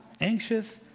anxious